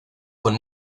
con